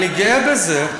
אני גאה בזה,